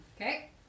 Okay